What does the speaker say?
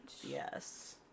yes